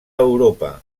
europa